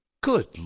Good